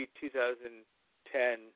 2010